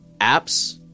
apps